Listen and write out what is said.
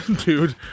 dude